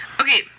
okay